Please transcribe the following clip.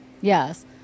Yes